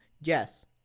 yes